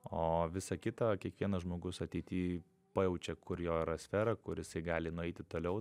o visą kitą kiekvienas žmogus ateity pajaučia kur jo yra sfera kur jisai gali nueiti toliau